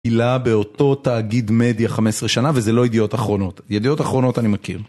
בילה באותו תאגיד מדיה 15 שנה וזה לא ידיעות אחרונות. ידיעות אחרונות אני מכיר.